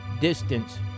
distance